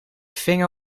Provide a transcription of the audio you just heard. vinger